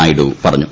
നായിഡു പറഞ്ഞു